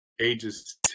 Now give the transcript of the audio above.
ages